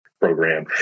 program